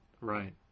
right